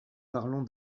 parlons